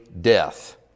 death